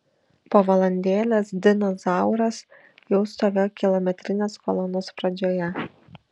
po valandėlės dinas zauras jau stovėjo kilometrinės kolonos pradžioje